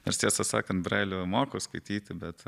nors tiesą sakant brailio moku skaityti bet